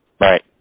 Right